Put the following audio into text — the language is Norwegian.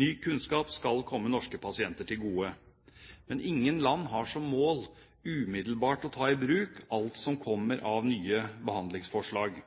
Ny kunnskap skal komme norske pasienter til gode, men ingen land har som mål umiddelbart å ta i bruk alt som kommer av nye behandlingsforslag,